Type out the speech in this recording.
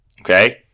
okay